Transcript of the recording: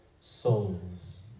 souls